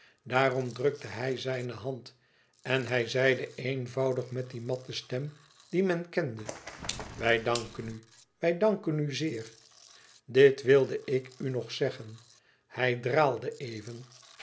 daarom drukte hij zijne hand en hij zeide eenvoudig met die matte stem die men kende wij danken u wij danken u zeer dit wilde ik u nog zeggen hij draalde even